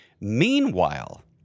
Meanwhile